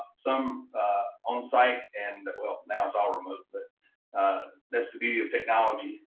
some on site and well now it's all removed, but that's to be with technology.